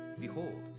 Behold